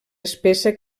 espessa